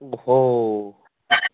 ꯍꯣ